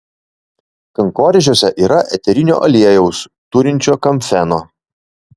kankorėžiuose yra eterinio aliejaus turinčio kamfeno